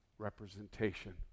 representation